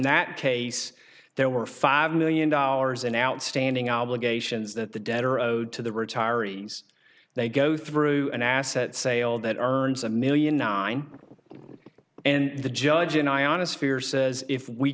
that case there were five million dollars in outstanding obligations that the debtor owed to the retirees they go through an asset sale that are earns a million nine and the judge and i on a sphere says if we